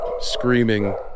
Screaming